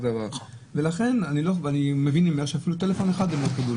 אני מבין שאפילו טלפון אחד הם לא קיבלו,